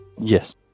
Yes